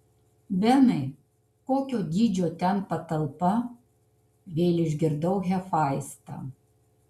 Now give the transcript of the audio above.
benai kokio dydžio ten patalpa vėl išgirdau hefaistą